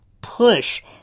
push